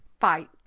Fight